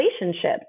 relationship